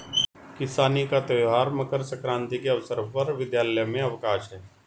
किसानी का त्यौहार मकर सक्रांति के अवसर पर विद्यालय में अवकाश है